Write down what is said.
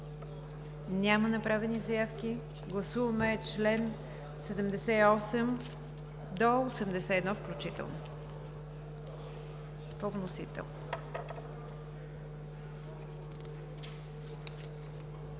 Няма направени заявки. Гласуваме членове от 78 до 81 включително по вносител.